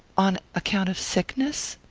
on account of sickness?